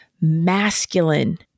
masculine